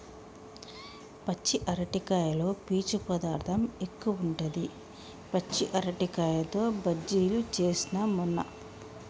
పచ్చి అరటికాయలో పీచు పదార్ధం ఎక్కువుంటది, పచ్చి అరటికాయతో బజ్జిలు చేస్న మొన్న